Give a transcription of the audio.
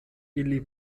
ili